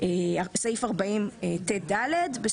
אתה